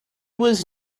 was